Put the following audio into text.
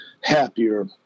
happier